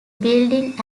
building